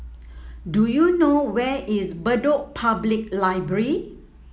do you know where is Bedok Public Library